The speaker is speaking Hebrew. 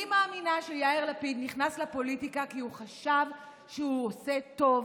אני מאמינה שיאיר לפיד נכנס לפוליטיקה כי הוא חשב שהוא עושה טוב.